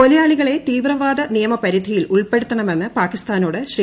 കൊലയാളികളെ തീവ്രവാദ നിയമ പരിധിയിൽ ഉൾപ്പെടുത്തണമെന്ന് പാകിസ്ഥാനോട് ശ്രീ